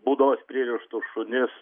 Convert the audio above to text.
būdos pririštus šunis